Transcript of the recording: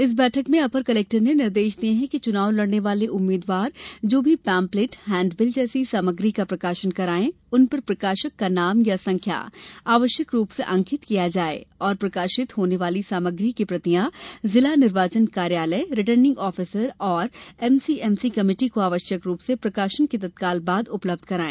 इस बैठक में अपर कलेक्टर ने निर्देश दिए कि चुनाव लड़ने वाले उम्मीदवार जो भी पेम्पलेट हेण्डबिल जैसी सामग्री का प्रकाशन कराए उन पर प्रकाशक का नाम तथा संख्या आवश्यक रूप से अंकित किया जाए और प्रकाशित होने वाले सामग्री की प्रतियां जिला निर्वाचन कार्यालय रिटर्निंग ऑफिसर एवं एमसीएमसी कमेटी को आवश्यक रूप से प्रकाशन के तत्काल बाद उपलब्ध कराए